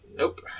Nope